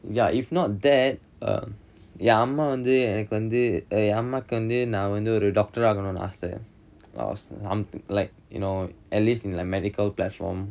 ya if not that um என் அம்மா வந்து எனக்கு வந்து என் அம்மாக்கு வந்து நான் வந்து ஒரு:en amma vanthu enakku vanthu en ammaakku vanthu naan vanthu oru doctor ஆகணுனு ஆச:aaganunu aasa like you know at least in like medical platform